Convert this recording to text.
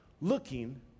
looking